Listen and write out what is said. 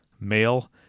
male